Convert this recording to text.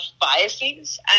biases